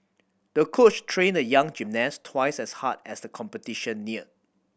the coach trained the young gymnast twice as hard as the competition neared